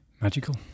Magical